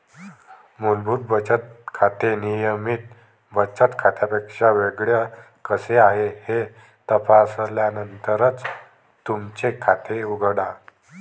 मूलभूत बचत खाते नियमित बचत खात्यापेक्षा वेगळे कसे आहे हे तपासल्यानंतरच तुमचे खाते उघडा